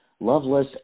Loveless